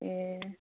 ए